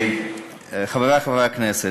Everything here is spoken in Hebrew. חברי חברי הכנסת,